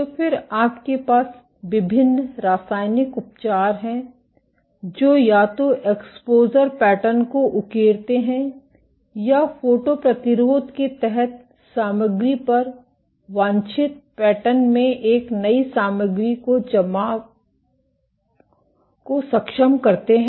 तो फिर आपके पास विभिन्न रासायनिक उपचार हैं जो या तो एक्सपोज़र पैटर्न को उकेरते हैं या फोटो प्रतिरोध के तहत सामग्री पर वांछित पैटर्न में एक नई सामग्री के जमाव को सक्षम करते हैं